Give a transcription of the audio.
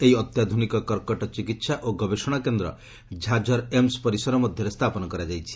ଏହି ଅତ୍ୟାଧୁନିକ କର୍କଟ ଚିକିତ୍ସା ଓ ଗବେଷଣା କେନ୍ଦ୍ର ଝାଝର୍ ଏମ୍ସ୍ ପରିସର ମଧ୍ୟରେ ସ୍ଥାପନ କରାଯାଇଛି